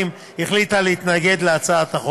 חברי חברי הכנסת,